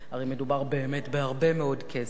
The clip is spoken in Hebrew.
הרי מדובר באמת בהרבה מאוד כסף,